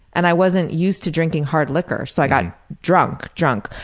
and i wasn't used to drinking hard liquor so i got drunk, drunk.